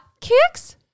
kicks